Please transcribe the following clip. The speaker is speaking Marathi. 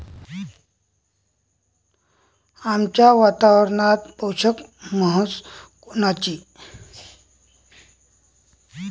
आमच्या वातावरनात पोषक म्हस कोनची?